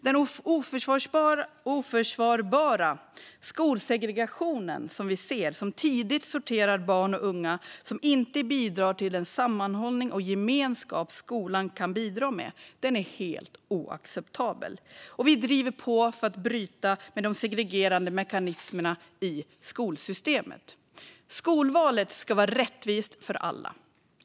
Den oförsvarbara skolsegregation vi ser, som tidigt sorterar barn och unga och som inte bidrar till den sammanhållning och gemenskap skolan kan bidra med, är helt oacceptabel. Vi driver på för att bryta med de segregerande mekanismerna i skolsystemet. Skolvalet ska vara rättvist för alla.